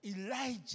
Elijah